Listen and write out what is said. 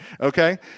okay